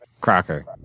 Crocker